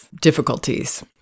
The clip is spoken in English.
difficulties